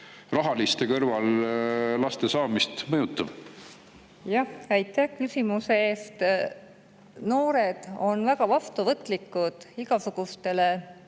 tegurite kõrval, mis laste saamist mõjutab? Aitäh küsimuse eest! Noored on väga vastuvõtlikud igasugusele